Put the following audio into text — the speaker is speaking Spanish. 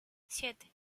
siete